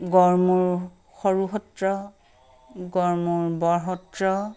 গড়মূৰ সৰু সত্ৰ গড়মূৰ বৰ সত্ৰ